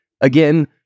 again